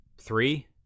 Three